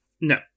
no